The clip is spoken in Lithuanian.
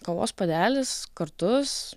kavos puodelis kartus